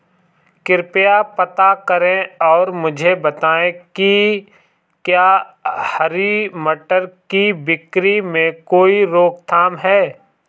कृपया पता करें और मुझे बताएं कि क्या हरी मटर की बिक्री में कोई रोकथाम है?